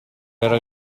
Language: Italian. era